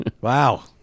Wow